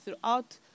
throughout